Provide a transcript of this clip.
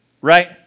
right